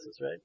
right